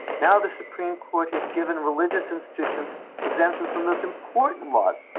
now the supreme court has given religious institutions exemptions from those important laws,